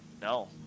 No